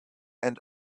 and